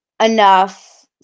enough